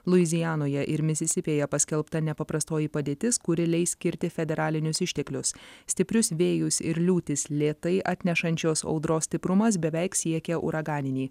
luizianoje ir misisipėje paskelbta nepaprastoji padėtis kuri leis skirti federalinius išteklius stiprius vėjus ir liūtis lėtai atnešančios audros stiprumas beveik siekia uraganinį